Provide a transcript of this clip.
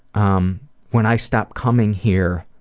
um when i stop coming here